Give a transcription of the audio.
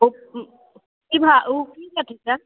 ओ की भाव की ओ की रेट देब